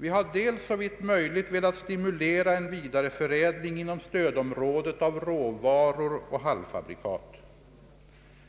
Dels har vi såvitt möjligt velat sti mulera en vidareförädling inom stödområdet av råvaror och halvfabrikat,